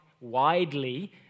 widely